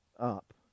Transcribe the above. up